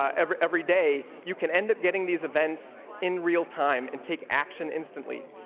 ah every every day you can end up getting these events in real time and take action instantly.